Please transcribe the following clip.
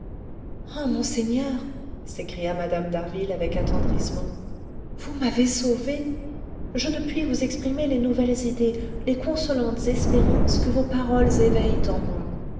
ah monseigneur s'écria mme d'harville avec attendrissement vous m'avez sauvée je ne puis vous exprimer les nouvelles idées les consolantes espérances que vos paroles éveillent en moi